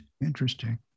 interesting